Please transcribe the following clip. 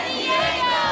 Diego